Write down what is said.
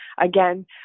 again